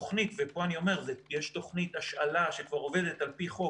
פה אני גם אומר שיש תוכנית השאלה של ספרי לימוד שכבר עובדת על פי חוק,